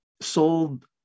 sold